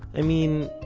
i mean,